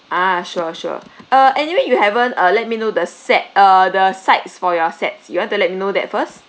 ah sure sure uh anyway you haven't uh let me know the set err the sides for your sets you want to let me know that first